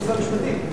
כשהייתי שר משפטים,